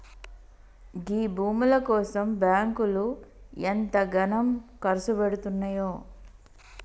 గీ భూముల కోసం బాంకులు ఎంతగనం కర్సుపెడ్తున్నయో